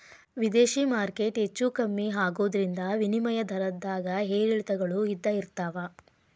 ವಿದೇಶಿ ಮಾರ್ಕೆಟ್ ಹೆಚ್ಚೂ ಕಮ್ಮಿ ಆಗೋದ್ರಿಂದ ವಿನಿಮಯ ದರದ್ದಾಗ ಏರಿಳಿತಗಳು ಇದ್ದ ಇರ್ತಾವ